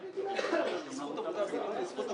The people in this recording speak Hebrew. כרטיסי